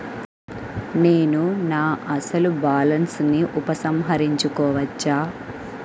నేను నా అసలు బాలన్స్ ని ఉపసంహరించుకోవచ్చా?